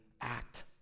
act